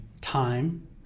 time